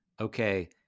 okay